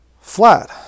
Flat